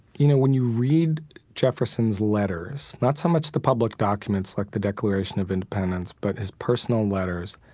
you know, when you read jefferson's letters, not so much the public documents like the declaration of independence, but his personal letters,